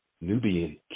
Nubian